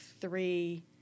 three